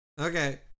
Okay